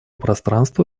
пространства